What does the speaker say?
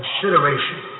consideration